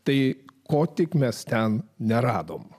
tai ko tik mes ten neradome